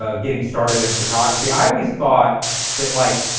ah getting started in photography, i always thought that like,